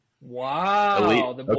Wow